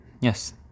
Yes